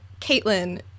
caitlin